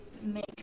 make